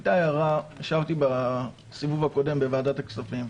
ישבתי בסיבוב הקודם בוועדת הכספים,